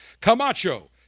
Camacho